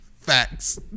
Facts